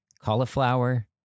cauliflower